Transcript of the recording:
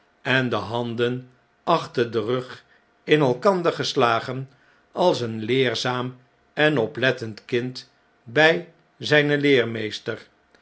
en de handen achter den rug in elkander gestagen als een leerzaam en oplettend kind bjj zijn leermeester